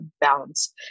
balance